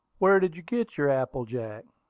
where did you get your apple-jack?